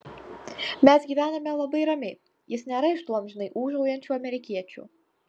mes gyvename labai ramiai jis nėra iš tų amžinai ūžaujančių amerikiečių